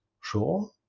sure